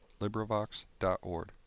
LibriVox.org